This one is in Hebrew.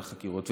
החקירות,